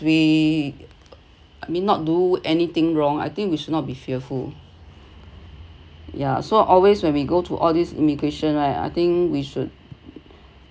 we may not do anything wrong I think we should not be fearful ya so always when we go to all these immigration right I think we should